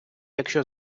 якщо